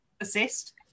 assist